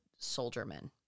soldiermen